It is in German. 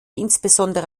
insbesondere